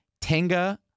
Tenga